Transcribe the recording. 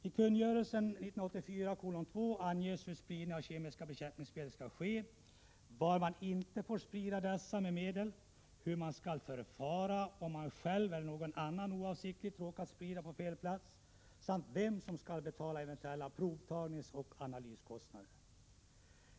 I kungörelsen 1984:2 anges hur spridning av kemiska bekämpningsmedel skall ske, var man inte får sprida dessa medel, hur man skall förfara om man själv eller någon annan oavsiktligt råkat sprida på fel plats samt vem som skall betala eventuella provtagningsoch analyskostnader.